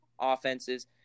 offenses